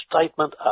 statement